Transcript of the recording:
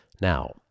Now